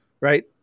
right